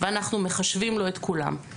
ואנחנו מחשבים לו את כולם.